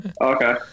Okay